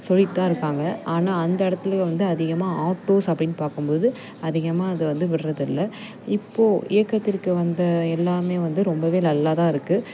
சொல்லிகிட்டு தான் இருக்காங்க ஆனால் அந்த இடத்துலையும் வந்து அதிகமாக ஆட்டோஸ் அப்படின்னு பார்க்கும்போது அதிகமாக அதை வந்து விடுறது இல்லை இப்போ இயக்கத்திற்கு வந்த எல்லாமே வந்து ரொம்பவே நல்லா தான் இருக்கு